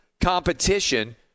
competition